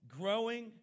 Growing